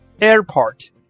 Airport